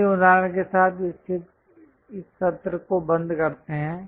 अंतिम उदाहरण के साथ इस सत्र को बंद करते हैं